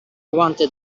wanted